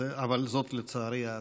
אבל זאת התוצאה, לצערי.